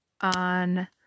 on